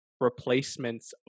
replacements